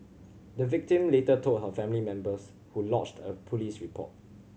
the victim later told her family members who lodged a police report